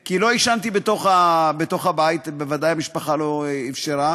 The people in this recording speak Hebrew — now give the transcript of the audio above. כי לא עישנתי בתוך הבית, בוודאי המשפחה לא אפשרה,